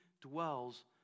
dwells